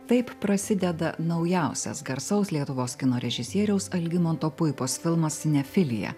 taip prasideda naujausias garsaus lietuvos kino režisieriaus algimanto puipos filmas sinefilija